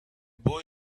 boy